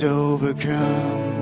overcome